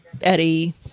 eddie